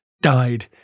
died